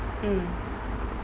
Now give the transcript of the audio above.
mm